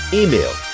email